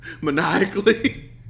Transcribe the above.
maniacally